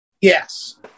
Yes